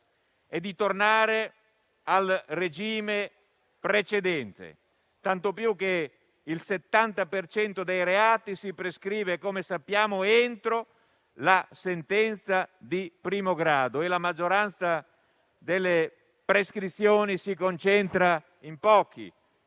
e di tornare al regime precedente, tanto più che il 70 per cento dei reati, come sappiamo, si prescrive entro la sentenza di primo grado e la maggioranza delle prescrizioni si concentra in pochi